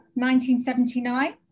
1979